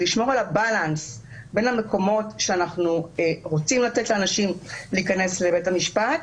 לשמור על האיזון בין המקומות שאנחנו רוצים לתת לאנשים להיכנס לבית המשפט,